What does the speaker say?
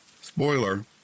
Spoiler